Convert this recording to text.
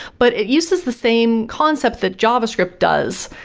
but it uses the same concept that java script does.